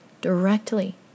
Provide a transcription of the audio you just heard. directly